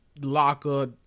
locker